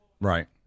Right